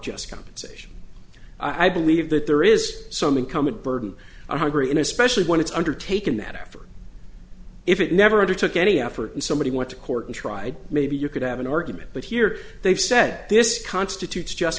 just compensation i believe that there is some income and burden i'm hungry in especially when it's undertaken that effort if it never took any effort and somebody went to court and tried maybe you could have an argument but here they've said this constitutes just